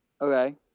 Okay